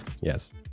Yes